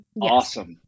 awesome